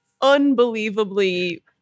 unbelievably